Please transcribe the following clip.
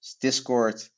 discord